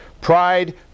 Pride